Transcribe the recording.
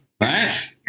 right